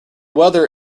weather